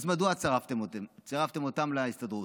אז מדוע צירפתם אותם להסתדרות?